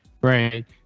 Right